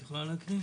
את יכולה להקריא?